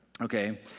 okay